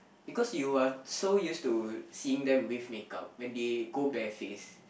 because you are so used to seeing them with make up when they go bare face